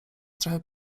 trochę